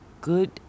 good